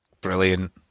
Brilliant